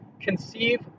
Conceive